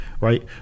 right